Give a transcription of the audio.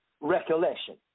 recollection